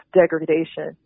degradation